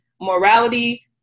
morality